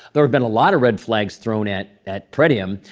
there have been a lot of red flags thrown at at pretium.